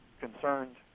concerned